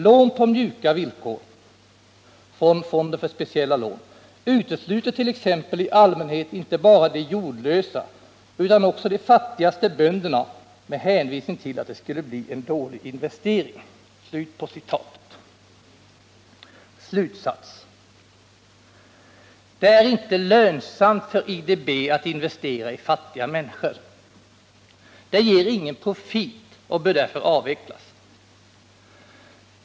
Lån på ”mjuka” villkor utesluter tex i allmänhet inte bara de jordlösa utan också de fattigaste bönderna med hänvisning till att det skulle bli en dålig investering.” Slutsats: Det är inte lönsamt för IDB att investera i fattiga människor. Det ger ingen profit och det bör därför avvecklas.